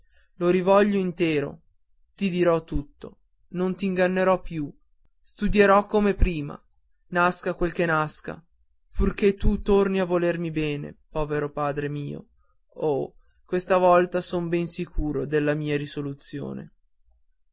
lo rivoglio intero ti dirò tutto non t'ingannerò più studierò come prima nasca quel che nasca purché tu torni a volermi bene povero padre mio oh questa volta son ben sicuro della mia risoluzione